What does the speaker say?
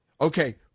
Okay